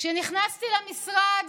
כשנכנסתי למשרד